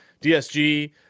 DSG